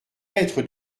être